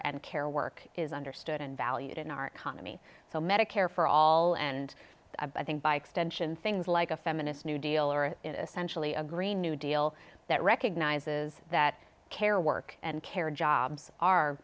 and care work is understood and valued in our economy so medicare for all and i think by extension things like a feminist new deal or essentially a green new deal that recognizes that care work and care jobs are